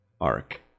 arc